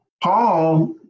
Paul